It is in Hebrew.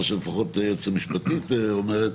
לפחות ממה שהיועצת המשפטית אומרת,